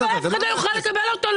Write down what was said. לפי השיטות שלכם אף אחד לא יוכל לקבל אותו.